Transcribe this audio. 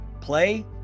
play